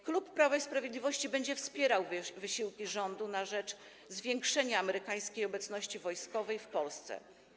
Klub Prawa i Sprawiedliwości będzie wspierał wysiłki rządu na rzecz zwiększenia amerykańskiej obecności wojskowej w Polsce.